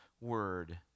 Word